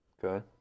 Good